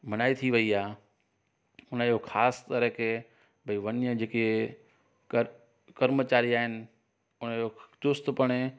मनाई थी वई आहे उजो ख़ासि करे के भई वन्य जेके कर कर्मचारी आहिनि उनजो चुस्तु पणे